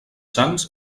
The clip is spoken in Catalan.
sants